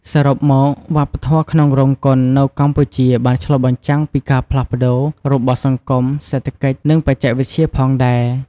សរុបមក វប្បធម៌ក្នុងរោងកុននៅកម្ពុជាបានឆ្លុះបញ្ចាំងពីការផ្លាស់ប្ដូររបស់សង្គម សេដ្ឋកិច្ច និងបច្ចេកវិទ្យាផងដែរ ។